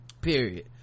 period